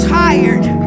tired